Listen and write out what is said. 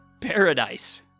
paradise